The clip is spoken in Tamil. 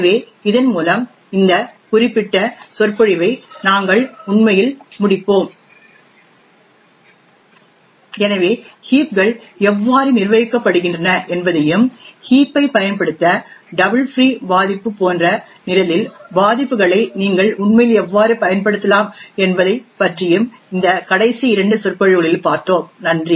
எனவே இதன் மூலம் இந்த குறிப்பிட்ட சொற்பொழிவை நாங்கள் உண்மையில் முடிப்போம் எனவே ஹீப்கள் எவ்வாறு நிர்வகிக்கப்படுகின்றன என்பதையும் ஹீப் ஐ பயன்படுத்த டபுள் ஃப்ரீ பாதிப்பு போன்ற நிரலில் பாதிப்புகளை நீங்கள் உண்மையில் எவ்வாறு பயன்படுத்தலாம் என்பதை பற்றியும் இந்த கடைசி இரண்டு சொற்பொழிவுகளில் பார்த்தோம் நன்றி